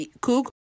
cook